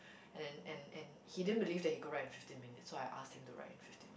and then and and he didn't believe that he could write in fifteen minutes so I asked him to write in fifteen